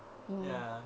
ya